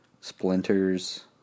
splinters